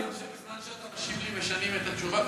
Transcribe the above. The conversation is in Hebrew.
יש מצב שבזמן שאתה משיב לי משנים את התשובה?